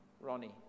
Ronnie